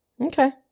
Okay